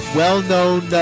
well-known